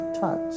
touch